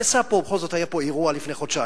נעשה פה, בכל זאת, היה פה אירוע לפני חודשיים,